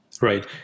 Right